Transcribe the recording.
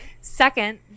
Second –